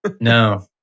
No